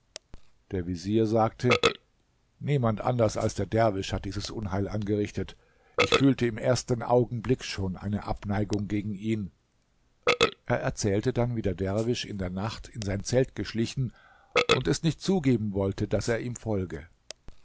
der vezier sagte niemand anders als der derwisch hat dieses unheil angerichtet ich fühlte im ersten augenblick schon eine abneigung gegen ihn er erzählte dann wie der derwisch in der nacht in sein zelt geschlichen und es nicht zugeben wollte daß er ihm folge